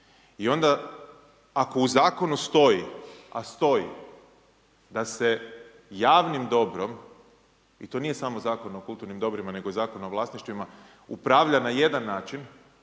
I onda ako u zakonu stoji, a stoji, da se javnim dobrom, to nije samo Zakon o kulturnim dobrima, nego i Zakon o vlasništvima, upravlja na jedan način,